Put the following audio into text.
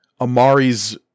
Amari's